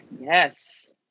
yes